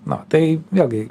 na tai vėlgi